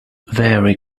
very